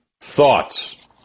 Thoughts